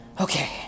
Okay